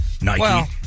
Nike